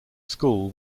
school